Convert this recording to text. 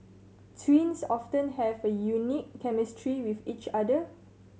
twins often have a unique chemistry with each other